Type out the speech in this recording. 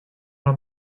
una